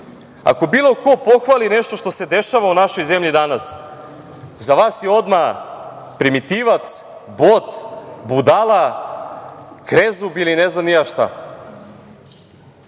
ako bilo ko pohvali nešto što se dešava u našoj zemlji danas za vas je odmah primitivac, bot, budala, krezub ili ne znam ni ja